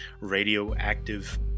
radioactive